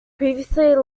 previously